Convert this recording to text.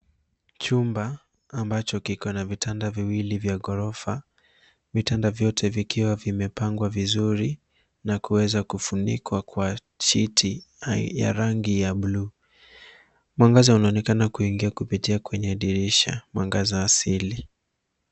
Chumba ambacho kiko na vitanda viwili vya ghorofa, vitanda vyote vikiwa vimepangwa vizuri na kuweza kufunikwa kwa shiti ya rangi ya blue . Mwangaza unaonekana kuingia kupitia kwenye dirisha, mwangaza asili.